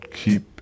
keep